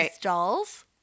dolls